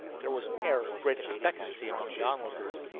there was an air of great expectancy among the onlookers.